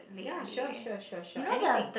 ya sure sure sure sure anything